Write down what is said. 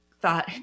thought